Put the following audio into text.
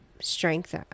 strength